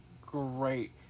great